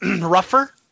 rougher